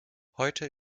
heute